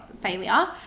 failure